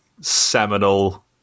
seminal